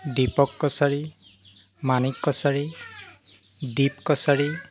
Dipak Kachari Manik Kachari Dip Kachari